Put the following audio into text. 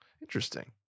Interesting